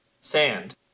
sand